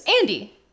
Andy